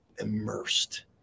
immersed